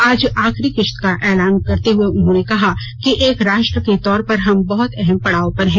आज आखिरी किश्त का ऐलान करते हुए उन्होंने कहा कि एक राष्ट्र के तौर पर हम बहुत अहम पड़ाव पर हैं